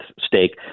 stake